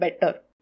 better